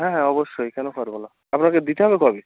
হ্যাঁ হ্যাঁ অবশ্যই কেন পারবো না আপনাকে দিতে হবে কবে